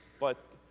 but,